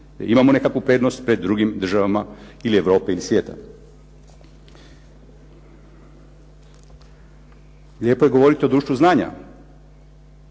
imamo nekakvu prednost pred drugim državama ili Europe ili svijeta. Lijepo je govoriti o društvu znanja,